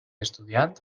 estudiant